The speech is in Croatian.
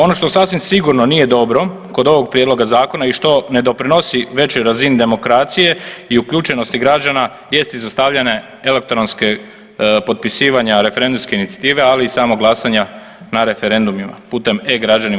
Ono što sasvim sigurno nije dobro kod ovog prijedloga zakona i što ne doprinosi većoj razini demokracije i uključenosti građana jest izostavljene elektronske potpisivanja referendumske inicijative, ali i samog glasanja na referendumima putem e-građanima.